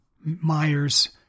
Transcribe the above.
Myers